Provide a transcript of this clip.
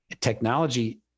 Technology